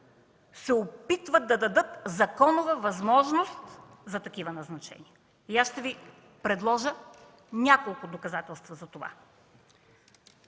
се опитват да дадат законова възможност за такива назначения. И аз ще Ви предложа няколко доказателства за това.